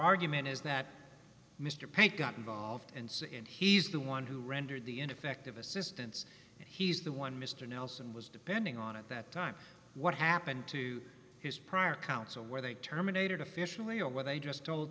argument is that mr page got involved and say and he's the one who rendered the ineffective assistance and he's the one mr nelson was depending on at that time what happened to his prior counsel where they terminated officially or where they just told